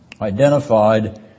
identified